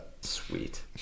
Sweet